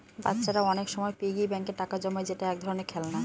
বাচ্চারা অনেক সময় পিগি ব্যাঙ্কে টাকা জমায় যেটা এক ধরনের খেলনা